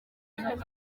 kigali